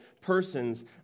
persons